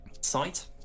site